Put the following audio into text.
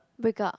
break up